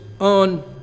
on